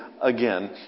again